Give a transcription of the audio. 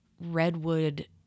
redwood